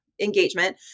engagement